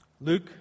Luke